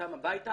איתם הביתה,